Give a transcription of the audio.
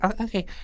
Okay